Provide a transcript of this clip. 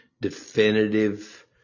definitive